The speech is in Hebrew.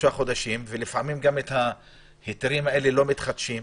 שלושה חודשים, ולפעמים ההיתרים האלה לא מתחדשים.